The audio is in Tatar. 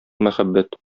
мәхәббәт